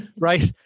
right.